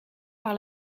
par